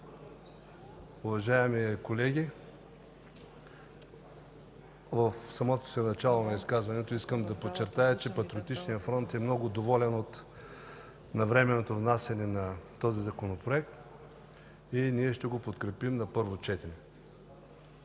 уважаеми колеги! В самото начало на изказването си искам да подчертая, че Патриотичният фронт е много доволен от навременното внасяне на този Законопроект и ние ще го подкрепим на първо четене.